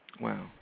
Wow